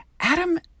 Adam